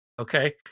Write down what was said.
okay